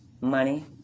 money